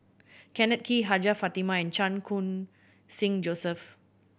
Kenneth Kee Hajjah Fatimah and Chan Khun Sing Joseph